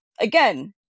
again